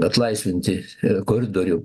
atlaisvinti koridorių